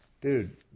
Dude